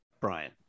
Brian